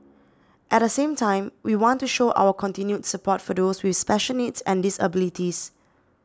at the same time we want to show our continued support for those with special needs and disabilities